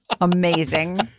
Amazing